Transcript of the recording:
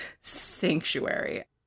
sanctuary